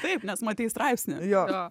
taip nes matei straipsnį jo